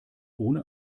ohne